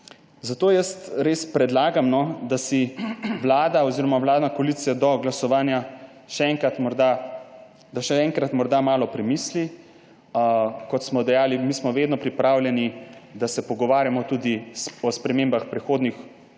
Zato jaz res predlagam, da vlada oziroma vladna koalicija do glasovanja še enkrat morda malo premisli. Kot smo dejali, mi smo vedno pripravljeni, da se pogovarjamo tudi o spremembah prehodnih